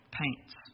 paints